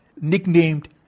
nicknamed